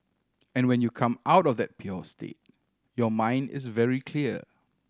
and when you come out of that pure state your mind is very clear